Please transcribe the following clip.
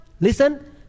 listen